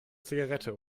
zigarette